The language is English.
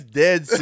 dead